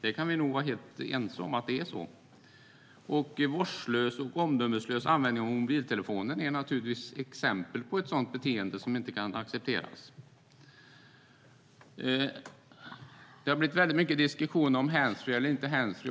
Vi kan nog vara helt ense om att det är så. Vårdslös och omdömeslös användning av mobiltelefon är naturligtvis ett exempel på beteenden som inte kan accepteras. Det har blivit mycket diskussioner om handsfree eller inte handsfree.